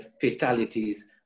fatalities